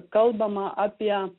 kalbama apie